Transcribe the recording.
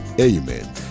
Amen